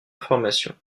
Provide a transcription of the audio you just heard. formation